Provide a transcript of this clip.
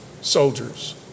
soldiers